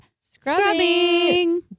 Scrubbing